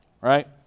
right